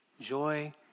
Joy